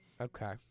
Okay